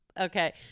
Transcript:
okay